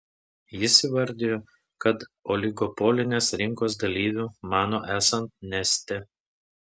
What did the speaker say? jis įvardijo kad oligopolinės rinkos dalyviu mano esant neste